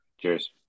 Cheers